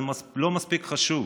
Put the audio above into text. זה לא מספיק חשוב.